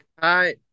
Hi